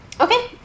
Okay